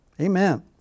Amen